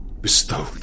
bestowed